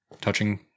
touching